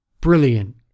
brilliant